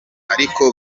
ariko